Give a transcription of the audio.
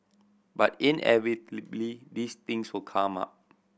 but inevitably these things will come up